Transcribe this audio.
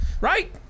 right